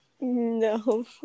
No